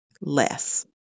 less